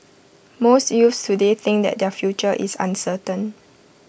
most youths today think that their future is uncertain